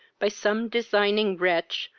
by some designing wretch,